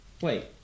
Wait